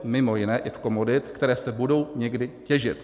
Mimo jiné i komodit, které se budou někdy těžit.